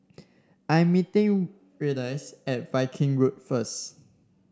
I am meeting Reyes at Viking Road first